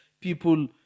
people